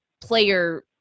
player